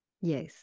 Yes